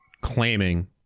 claiming